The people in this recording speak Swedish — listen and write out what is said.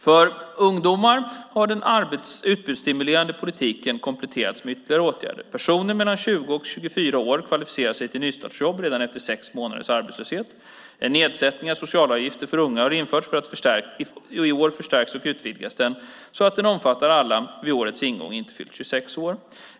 För ungdomar har den utbudsstimulerande politiken kompletterats med ytterligare åtgärder. Personer mellan 20 och 24 år kvalificerar sig till nystartsjobb redan efter sex månaders arbetslöshet. En nedsättning av socialavgifterna för unga har införts; i år förstärks och utvidgas den så att den omfattar alla som vid årets ingång inte fyllt 26 år.